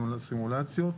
סימולציות.